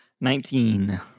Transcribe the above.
Nineteen